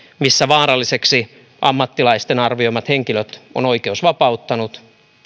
ammattilaisten vaarallisiksi arvioimat henkilöt on oikeus vapauttanut